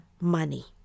money